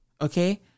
okay